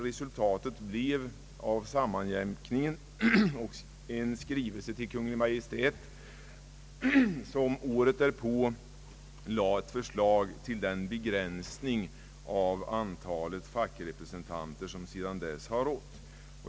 Resultatet av sammanjämkningen blev en skrivelse till Kungl. Maj:t, som året därpå framlade ett förslag till den begränsning av antalet fackrepresentanter vilken sedan dess har gällt.